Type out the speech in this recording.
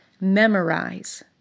memorize